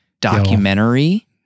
documentary